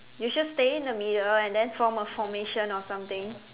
you should stay in the middle and then form a formation or something